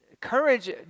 courage